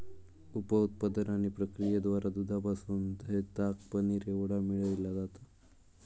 उप उत्पादन आणि प्रक्रियेद्वारा दुधापासून दह्य, ताक, पनीर एवढा मिळविला जाता